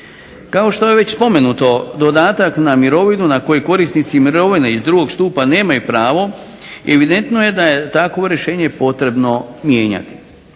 Kao što je već spomenuto dodatak na mirovinu na koji korisnici mirovine iz drugog nemaju pravi, evidentno je da je takvo rješenje potrebno mijenjati.